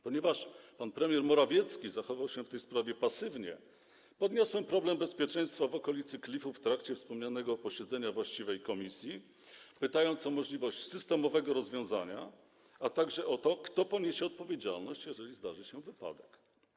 Ponieważ pan premier Morawiecki zachował się w tej sprawie pasywnie, podniosłem problem bezpieczeństwa w okolicy klifu w trakcie wspomnianego posiedzenia właściwej komisji, pytając o możliwość systemowego rozwiązania, a także o to, kto poniesie odpowiedzialność, jeżeli zdarzy się wypadek.